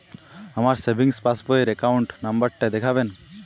আমার সেভিংস পাসবই র অ্যাকাউন্ট নাম্বার টা দেখাবেন?